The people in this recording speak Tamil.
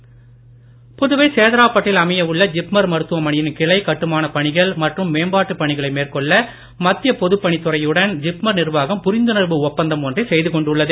ஜிப்மர் புதுவை சேதராப்பட்டில் அமைய உள்ள ஜிப்மர் மருத்துவமனையின் கிளை கட்டுமானப் பணிகள் மற்றும் மேம்பாட்டு பணிகளை மேற்கொள்ள மத்திய பொதுப் பணித்துறையுடன் ஜிப்மர் நிர்வாகம் புரிந்துணர்வு ஒப்பந்தம் ஒன்றை செய்து கொண்டுள்ளது